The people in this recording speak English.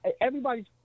everybody's